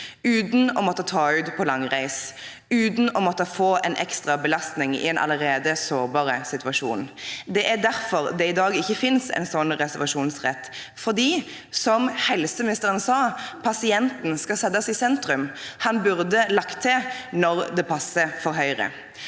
måtte ta ut på langtur, uten å måtte få en ekstra belastning i en allerede sårbar situasjon. Det er derfor det i dag ikke finnes en sånn reservasjonsrett, fordi – som helseministeren sa – pasienten skal settes i sentrum. Han burde lagt til «når det passer for Høyre».